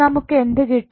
നമുക്ക് എന്ത് കിട്ടും